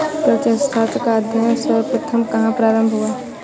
कृषि अर्थशास्त्र का अध्ययन सर्वप्रथम कहां प्रारंभ हुआ?